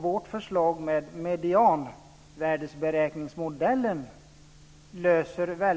Vårt förslag - medianvärdesberäkningsmodellen - löser en stor